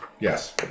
Yes